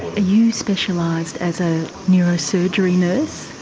ah you specialised as a neurosurgery nurse?